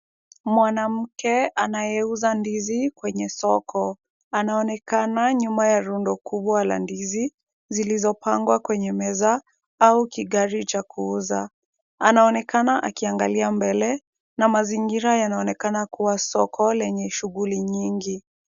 Mwanamke anayeuza ndizi kwenye soko. Anaonekana nyuma ya rundo kubwa la ndizi zilizopangwa kwenye meza au kigari cha kuuza. Anaonekana akiangalia mbele na mazingira yanaonekana kuwa soko lenye shughuli nyingi.